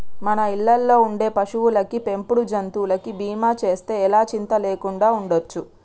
మన ఇళ్ళల్లో ఉండే పశువులకి, పెంపుడు జంతువులకి బీమా చేస్తే ఎలా చింతా లేకుండా ఉండచ్చు